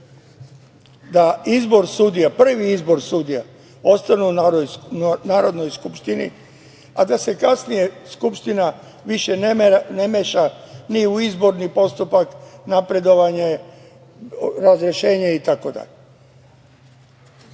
da prvi izbor sudija ostane u Narodnoj skupštini, a da se kasnije Skupština više ne meša ni u izbor, ni u postupak napredovanja, razrešenja